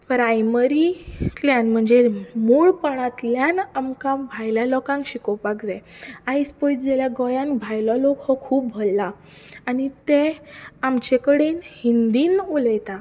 प्रायमरींतल्यान म्हणजे मूलपणांतल्यान आमकां भायल्या लोकांक शिकोवपाक जाय आयज पळयत जाल्यार गोंयांत भायलो लोक हो खूब भरला आनी ते आमचे कडेन हिंदीन उलयता